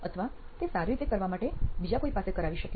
અથવા તે સારી રીતે કરવાં માટે બીજા કોઈ પાસે કરાવી શકે